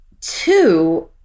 two